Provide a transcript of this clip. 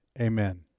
Amen